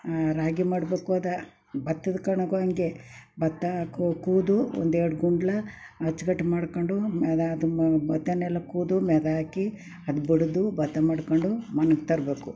ರಾಗಿ ಮಾಡಬೇಕು ಅದು ಭತ್ತದ ಕಣಕ್ಕೂ ಹಂಗೆ ಭತ್ತ ಕೊಯ್ದು ಒಂದೆರ್ಡು ಗುಂಡ್ಲ ಅಚ್ಕಟ್ಟು ಮಾಡ್ಕೊಂಡು ಅದಾದ ಮದ್ದನ್ನೆಲ್ಲ ಕೂದು ಮೆದ ಹಾಕಿ ಅದು ಬಡಿದು ಭತ್ತ ಮಾಡಿಕೊಂಡು ಮನೆಗೆ ತರಬೇಕು